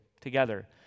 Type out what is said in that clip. together